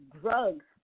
drugs